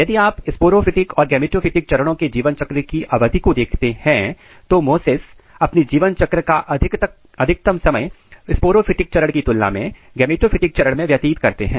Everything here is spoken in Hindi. यदि आप स्पोरोफिटिक और गेमेटोफिटिक चरणों के जीवन चक्र की अवधि को देखते हैं तो मोसेस अपने जीवन चक्र का अधिकतम समय स्पोरोफिटिक चरण की तुलना में गेमेटोफिटिक चरण में व्यतीत करते हैं